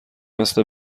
مثه